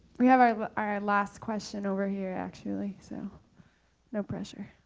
we have our our last question over here actually, so no pressure.